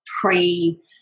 pre